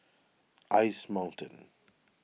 Ice Mountain